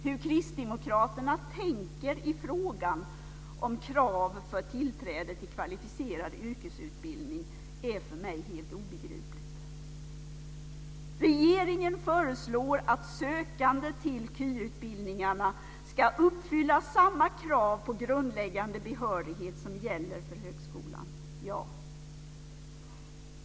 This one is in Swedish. Hur kristdemokraterna tänker i fråga om krav för tillträde till kvalificerad yrkesutbildning är för mig helt obegripligt. Regeringen föreslår att sökande till de kvalificerade yrkesutbildningarna ska uppfylla samma krav på grundläggande behörighet som gäller för högskolan.